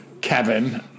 Kevin